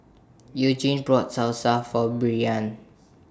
Eugene brought Salsa For Brianna